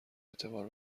اعتبار